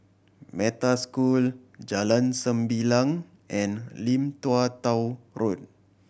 Metta School Jalan Sembilang and Lim Tua Tow Road